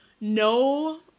no